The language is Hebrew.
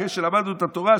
אחרי שלמדנו את התורה,